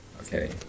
Okay